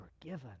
forgiven